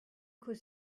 could